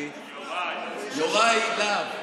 יוראי להב,